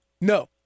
No